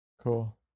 Cool